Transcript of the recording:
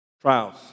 trials